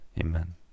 Amen